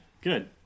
Good